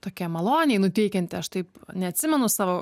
tokia maloniai nuteikianti aš taip neatsimenu savo